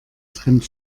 trend